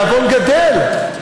התיאבון גדל.